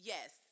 Yes